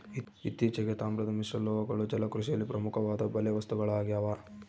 ಇತ್ತೀಚೆಗೆ, ತಾಮ್ರದ ಮಿಶ್ರಲೋಹಗಳು ಜಲಕೃಷಿಯಲ್ಲಿ ಪ್ರಮುಖವಾದ ಬಲೆ ವಸ್ತುಗಳಾಗ್ಯವ